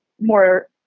more